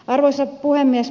arvoisa puhemies